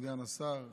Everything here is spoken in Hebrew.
סגן השר,